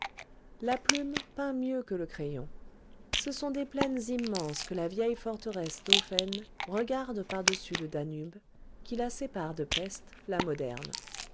la plume peint mieux que le crayon ce sont des plaines immenses que la vieille forteresse d'ofen regarde par-dessus le danube qui la sépare de pesth la moderne